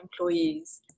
employees